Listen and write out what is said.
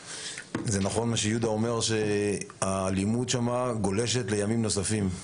זה נכון מה שיהודה אומר שהאלימות שם גולשת לימים נוספים.